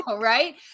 right